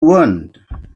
one